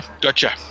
gotcha